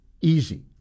easy